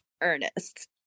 Ernest